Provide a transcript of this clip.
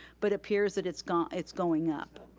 but appears that it's going um it's going up.